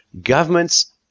governments